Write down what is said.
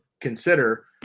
consider